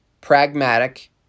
pragmatic